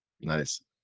Nice